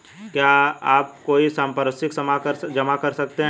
क्या आप कोई संपार्श्विक जमा कर सकते हैं?